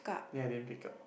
ya didn't pick up